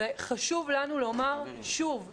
וחשוב לנו לומר שוב,